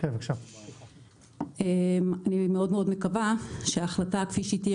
אני מקווה מאוד שההחלטה כפי שהיא תהיה,